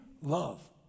love